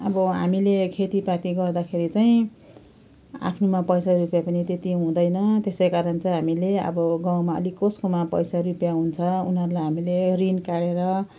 अब हामीले खेतीपाती गर्दाखेरि चाहिँ आफ्नोमा पैसा रुपियाँ पनि त्यति हुँदैन त्यसै कारण चाहिँ हामीले अब गाउँमा अलिक कसकोमा पैसा रुपियाँ हुन्छ उनीहरूलाई हामीले ऋण काढेर